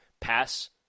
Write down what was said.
pass